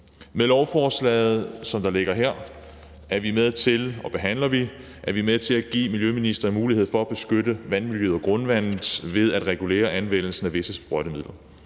Med lovforslaget, som vi behandler her, er vi med til at give miljøministeren mulighed for at beskytte vandmiljøet og grundvandet ved at regulere anvendelsen af visse sprøjtemidler.